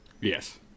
Yes